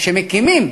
וכשמקימים